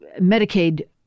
Medicaid